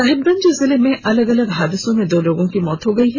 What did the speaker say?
साहिबगंज जिले में अलग अलग हादसों में दो लोगों की मौत हो गई है